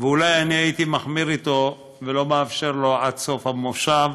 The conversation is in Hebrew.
ואולי אני הייתי מחמיר אתו ולא מאפשר לו עד סוף המושב